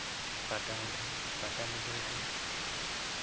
ᱯᱟᱴᱟᱵᱤᱫᱷᱟᱹ ᱯᱟᱴᱟᱵᱤᱫᱷᱟᱹ ᱨᱮᱫᱚ